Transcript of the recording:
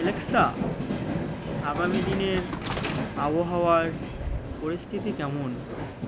Alexa আগামী দিনের আবহাওয়ার পরিস্থিতি কেমন